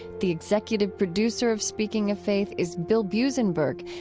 the executive producer of speaking of faith is bill buzenberg,